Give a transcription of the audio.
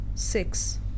six